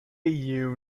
you